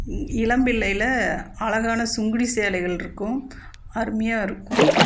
இளம் பிள்ளையில் அழகான சுங்குடி சேலைகள் இருக்கும் அருமையாக இருக்கும்